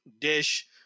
dish